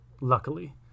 luckily